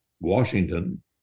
Washington